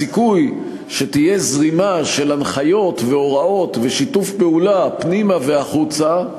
הסיכוי שתהיה זרימה של הנחיות והוראות ושיתוף פעולה פנימה והחוצה,